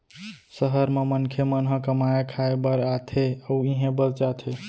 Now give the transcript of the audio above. सहर म मनखे मन ह कमाए खाए बर आथे अउ इहें बस जाथे